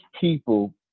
people